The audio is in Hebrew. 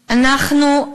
אנחנו,